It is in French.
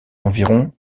environ